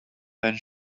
then